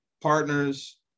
partners